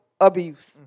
Abuse